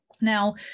Now